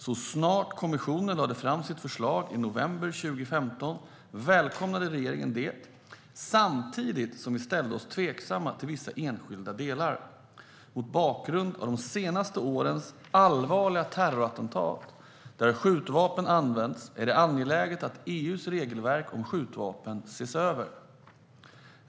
Så snart kommissionen lade fram sitt förslag i november 2015 välkomnade regeringen det samtidigt som vi ställde oss tveksamma till vissa enskilda delar. Mot bakgrund av de senaste årens allvarliga terrorattentat där skjutvapen använts är det angeläget att EU:s regelverk om skjutvapen ses över.